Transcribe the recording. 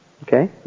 Okay